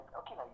okay